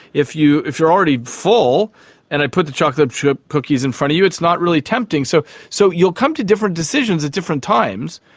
if you if you are already full and i put the chocolate chip cookies in front of you, it's not really tempting. so so you will come to different decisions at different times,